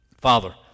Father